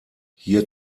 hier